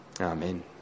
Amen